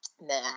Nah